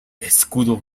escudo